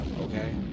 Okay